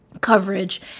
coverage